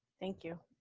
thank you.